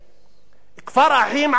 כפר-אחים, על קסטינה,